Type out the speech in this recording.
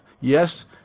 yes